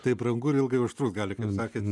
tai brangu ir ilgai užtrukt gali kaip sakėt